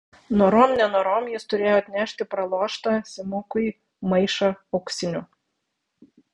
norom nenorom jis turėjo atnešti praloštą simukui maišą auksinių